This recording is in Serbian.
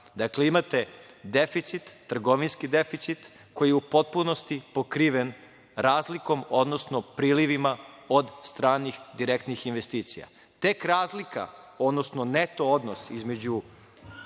jednom. Imate trgovinski deficit koji je u potpunosti pokriven razlikom, odnosno prilivima od stranih direktnih investicija. Tek razlika, odnosno neto odnos između